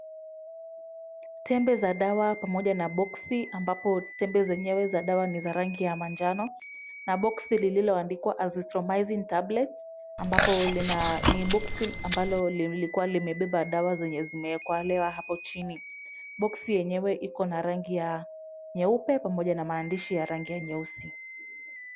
Tembe za dawa pamoja na boksi ambapo tembe zenyewe za dawa ni za rangi ya manjano na boksi liloandikwa Azithromyzin tablets ambapo ni boksi ambalo lilikuwa limebeba dawa zenye zimewekelewa hapo chini. Boksi yenyewe iko na rangi ya nyeupe pamoja na maandishi ya rangi ya nyeusi.